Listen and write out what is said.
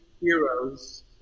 heroes